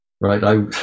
right